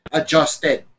adjusted